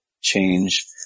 change